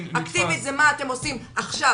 אקטיבית זה מה אתם עושים עכשיו,